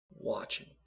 watching